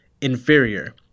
inferior